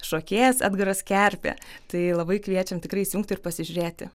šokėjas edgaras kerpė tai labai kviečiam tikrai įsijungt ir pasižiūrėti